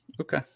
Okay